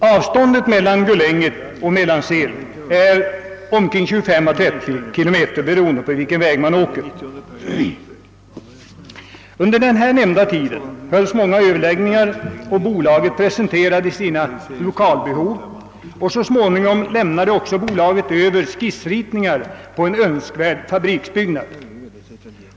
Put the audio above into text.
Avståndet mellan Gullänget och Mellansel varierar mellan 25 och 30 kilometer beroende på vilken väg man väljer. Under den aktuella tiden hölls många överläggningar, varvid bolaget presenterade sina lokalbehov, och bolaget lämnade också så småningom över skiss ritningar till en fabriksbyggnad enligt sina önskemål.